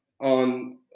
on